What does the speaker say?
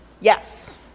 Yes